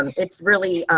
um it's really,